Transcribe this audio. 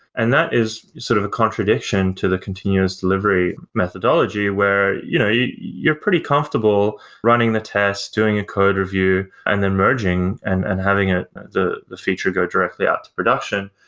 and that is sort of a contradiction to the continuous delivery methodology where you know yeah you're pretty comfortable running the test, doing a code review and then merging and and having ah the the feature go directly out to production.